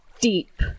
deep